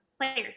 players